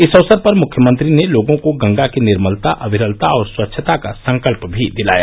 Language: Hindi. इस अवसर पर मुख्यमंत्री ने लोगों को गंगा की निर्मलता अविरलता और स्वच्छता का संकल्प भी दिलाया